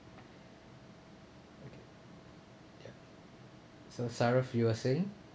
okay ya so saruf you were saying